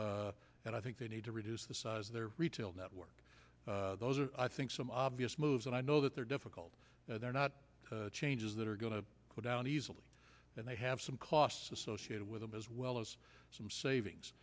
size and i think they need to reduce the size of their retail network those are i think some obvious moves and i know that they're difficult and they're not changes that are going to go down easily and they have some costs associated with them as well as some savings